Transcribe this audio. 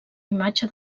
imatge